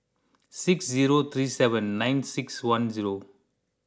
six zero three seven nine six one zero